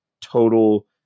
total